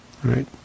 right